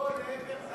לא, להפך,